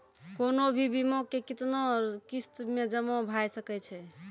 कोनो भी बीमा के कितना किस्त मे जमा भाय सके छै?